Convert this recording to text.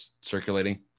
circulating